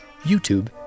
YouTube